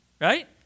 right